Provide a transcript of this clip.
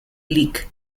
lic